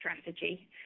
strategy